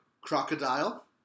Crocodile